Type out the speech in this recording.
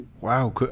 Wow